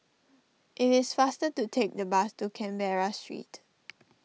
it is faster to take the bus to Canberra Street